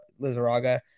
Lizaraga